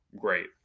great